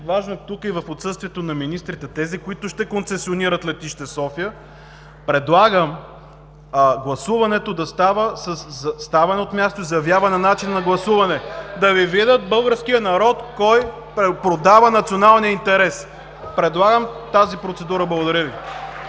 важно тук и отсъствието на министрите, тези, които ще концесионират Летище София, предлагам гласуването да става със ставане от място и заявяване начин на гласуване. Да Ви види българският народ кой продава националния интерес! (Шум и възгласи от ГЕРБ.) Предлагам тази процедура. Благодаря Ви.